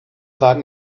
wagen